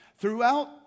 throughout